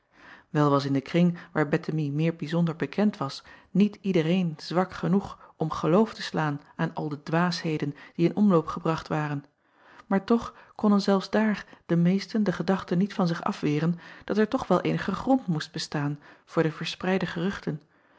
el was in den kring waar ettemie meer bijzonder bekend was niet iedereen zwak genoeg om geloof te slaan aan al de dwaasheden die in omloop gebracht waren maar toch konnen zelfs daar de meesten de gedachte niet van zich afweren dat er toch wel eenige grond moest bestaan voor de verspreide geruchten